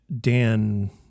dan